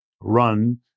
run